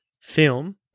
film